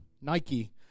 Nike